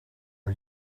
are